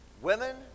women